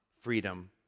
freedom